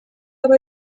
aba